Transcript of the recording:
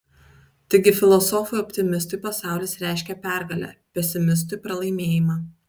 taigi filosofui optimistui pasaulis reiškia pergalę pesimistui pralaimėjimą